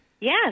Yes